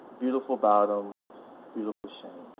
beautiful bottom beautiful shame.